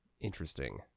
Interesting